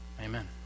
Amen